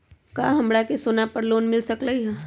का हमरा के सोना पर लोन मिल सकलई ह?